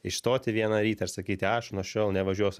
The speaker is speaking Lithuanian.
išstoti vieną rytą ir sakyti aš nuo šiol nevažiuosiu